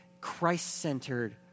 Christ-centered